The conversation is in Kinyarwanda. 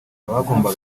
abagomba